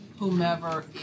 Whomever